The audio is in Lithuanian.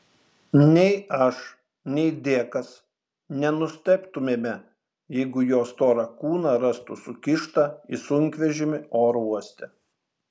nei aš nei dėkas nenustebtumėme jeigu jo storą kūną rastų sukištą į sunkvežimį oro uoste